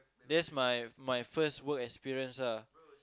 that's my my first work experience lah